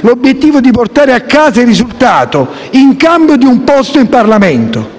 l'obiettivo di portare a casa il risultato in cambio di un posto in Parlamento.